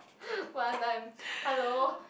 one time hello